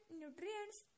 nutrients